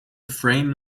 frame